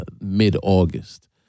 mid-August